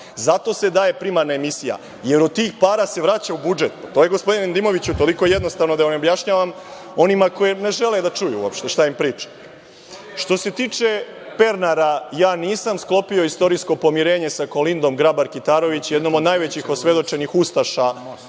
zato se daje primarna emisija, jer od tih para se vraća u budžet. To je gospodine Nedimoviću toliko jednostavno, da ne objašnjavam onima koji uopšte ne žele da čuju šta im pričam. Što se tiče Pernara, ja nisam sklopio istorijsko pomirenje sa Kolindom Grabar Kitarović, jednom od najvećih osvedočenih ustaša